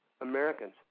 Americans